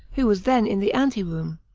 who was then in the ante-room.